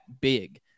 big